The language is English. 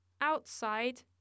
outside